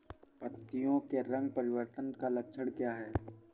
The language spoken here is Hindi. पत्तियों के रंग परिवर्तन का लक्षण क्या है?